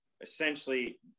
essentially